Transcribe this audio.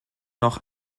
noch